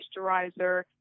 moisturizer